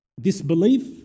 Disbelief